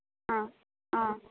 অঁ অঁ